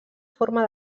forma